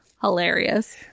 hilarious